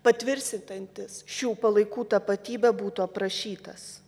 patvirsitinantis šių palaikų tapatybe būtų aprašytas